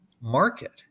market